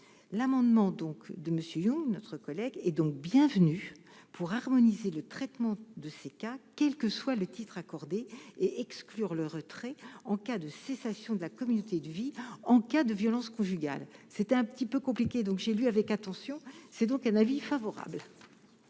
l'amendement donc de Monsieur Dion, notre collègue est donc bienvenue pour harmoniser le traitement de ces cas, quel que soit le titre accordé et exclure le retrait en cas de cessation de la communauté de vie en cas de violence conjugale, c'était un petit peu compliqué, donc j'ai lu avec attention, c'est donc un avis favorable.